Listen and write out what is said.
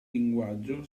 linguaggio